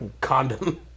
condom